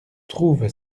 trouve